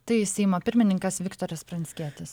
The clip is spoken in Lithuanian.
tai seimo pirmininkas viktoras pranckietis